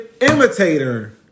imitator